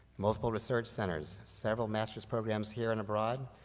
multiple research centers, several master's programs here and abroad,